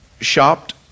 shopped